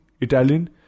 Italian